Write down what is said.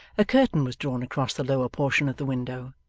a curtain was drawn across the lower portion of the window,